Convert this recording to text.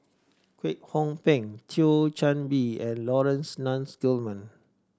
Kwek Hong Png Thio Chan Bee and Laurence Nunns Guillemard